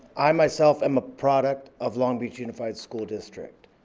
i myself am a product of long beach unified school district.